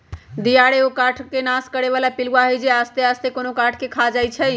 दियार एगो काठ के नाश करे बला पिलुआ हई जे आस्ते आस्ते कोनो काठ के ख़ा जाइ छइ